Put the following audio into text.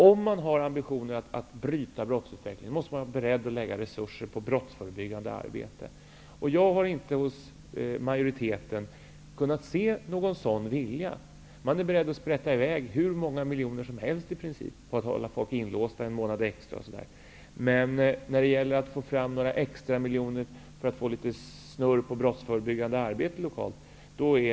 Om man har ambitionen att bryta brottsutvecklingen måste man vara beredd att lägga resurser på brottsförebyggande arbete. Jag har inte kunnat se någon sådan vilja hos majoriteten. Man är beredd att sprätta i väg i princip hur många miljoner som helst på att hålla folk inlåsta en månad extra. Men det är väldigt snålt från regeringens sida när det gäller att få fram några extra miljoer för att få snurr på det brottsförebyggande arbetet.